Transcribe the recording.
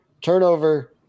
turnover